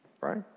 right